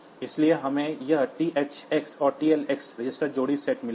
इसलिए हमें यह THx और TLx रजिस्टर जोड़ी सेट मिला है